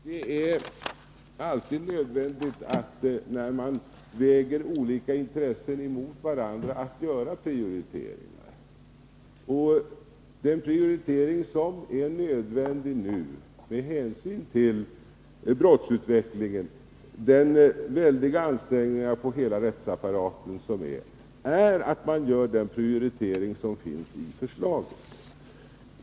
Herr talman! Det är alltid nödvändigt, när man väger olika intressen mot varandra, att göra prioriteringar. Och den prioritering som är nödvändig, med hänsyn till brottsutvecklingen och den rådande stora belastningen på hela rättsapparaten, är den som gjorts i förslaget.